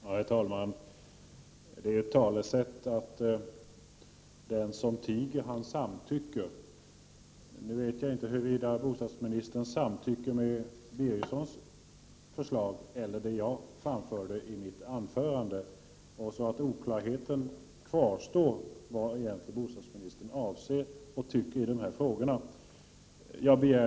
Herr talman! Man brukar säga att den som tiger den samtycker. Nu vet jag inte huruvida bostadsministern samtycker eller ej till Birgerssons förslag eller till det som jag framförde i mitt anförande. Det är fortfarande oklart vad bostadsministern egentligen avser och tycker i dessa frågor.